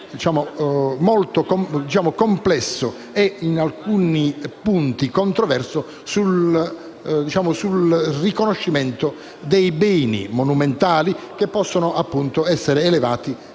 sistema complesso, e in alcuni punti controverso, di riconoscimento dei beni monumentali che possono essere elevati alla